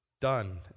done